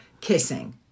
kissing